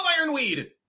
Ironweed